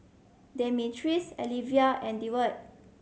Demetrius Alyvia and Deward